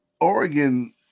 Oregon